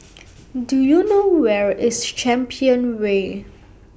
Do YOU know Where IS Champion Way